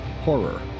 horror